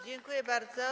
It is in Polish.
Dziękuję bardzo.